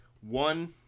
one